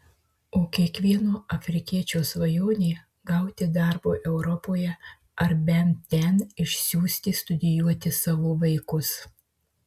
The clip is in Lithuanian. o kiekvieno afrikiečio svajonė gauti darbo europoje ar bent ten išsiųsti studijuoti savo vaikus